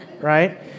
right